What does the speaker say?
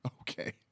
Okay